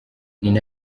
nina